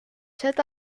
set